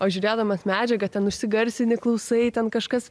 o žiūrėdamas medžiagą ten užsigarsini klausai ten kažkas